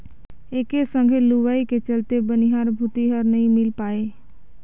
एके संघे लुवई के चलते बनिहार भूतीहर नई मिल पाये